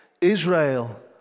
Israel